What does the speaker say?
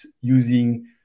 using